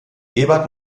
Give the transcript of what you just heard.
ebert